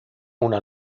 una